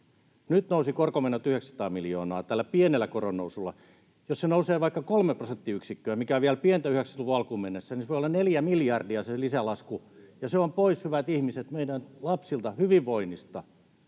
Nyt nousivat korkomenot 900 miljoonaa tällä pienellä koronnousulla. Jos se nousee vaikka kolme prosenttiyksikköä, mikä on vielä pientä 90-luvun alkuun verrattuna, niin se lisälasku voi olla neljä miljardia, ja se on pois, hyvät ihmiset, meidän lapsilta, hyvinvoinnista.